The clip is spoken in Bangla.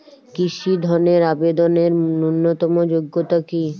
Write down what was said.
কৃষি ধনের আবেদনের ন্যূনতম যোগ্যতা কী?